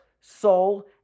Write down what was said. soul